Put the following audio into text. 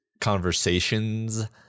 conversations